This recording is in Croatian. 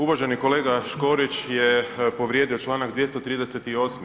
Uvaženi kolega Škorić je povrijedio članak 238.